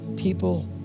People